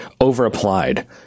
overapplied